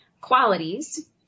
qualities